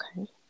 Okay